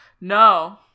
No